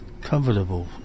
comfortable